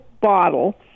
bottle